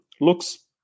Looks